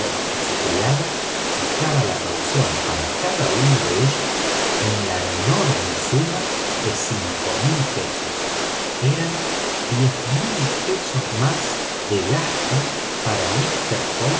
y su criado fijaba la caución para cada uno de ellos en la enorme suma de mil libras eran dos mil libras más de gasto para mister